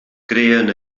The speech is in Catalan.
creen